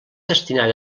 destinar